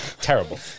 Terrible